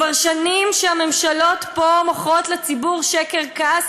כבר שנים הממשלות פה מוכרות לציבור שקר גס,